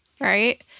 Right